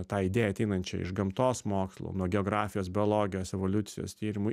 tą idėją ateinančią iš gamtos mokslų nuo geografijos biologijos evoliucijos tyrimų